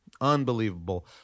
unbelievable